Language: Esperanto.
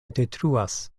detruas